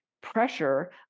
pressure